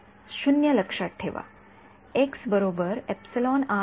विद्यार्थीः माध्यम परमिटिव्हिटी 0 लक्षात ठेवा